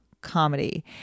comedy